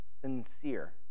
sincere